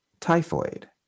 typhoid